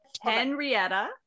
Henrietta